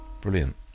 brilliant